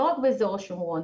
לא רק באזור השומרון.